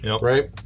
right